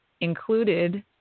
included